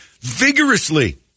vigorously